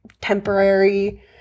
temporary